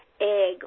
egg